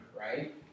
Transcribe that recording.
right